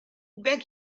back